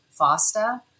FOSTA